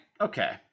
Okay